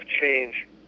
change